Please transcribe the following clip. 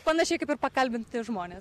panašiai kaip ir pakalbinti žmonės